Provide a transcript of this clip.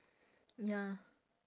ya